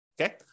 Okay